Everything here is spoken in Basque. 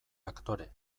aktore